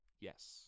Yes